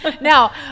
Now